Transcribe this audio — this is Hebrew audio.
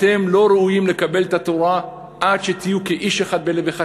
אתם לא ראויים לקבל את התורה עד שתהיו כאיש אחד בלב אחד.